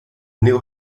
knew